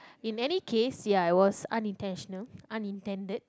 in any case ya it was unintentional unintended